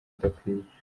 adakwiye